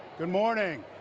good morning.